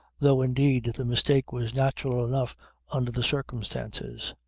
though indeed the mistake was natural enough under the circumstances.